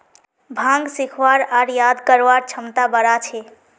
भांग सीखवार आर याद करवार क्षमता बढ़ा छे